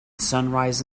sunrise